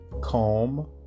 calm